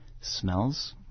smells